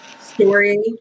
story